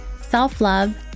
self-love